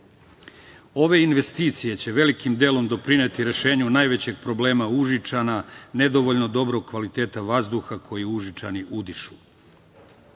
investicije će velikim delom doprineti rešenju najvećeg problema Užičana, nedovoljno dobrog kvaliteta vazduha koji Užičani udišu.